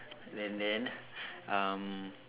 and then um